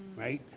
right?